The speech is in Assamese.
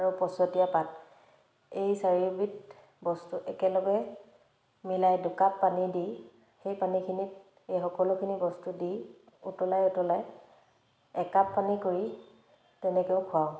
আৰু পচতীয়া পাত এই চাৰিওবিধ বস্তু একেলগে মিলাই দুকাপ পানী দি সেই পানীখিনিত এই সকলোখিনি বস্তু দি উতলাই উতলাই একাপ পানী কৰি তেনেকৈয়ো খুৱাওঁ